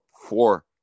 four